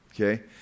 Okay